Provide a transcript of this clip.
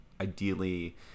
ideally